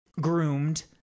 groomed